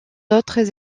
autres